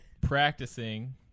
practicing